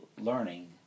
learning